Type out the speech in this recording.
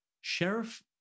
Sheriff